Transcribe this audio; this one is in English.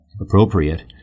appropriate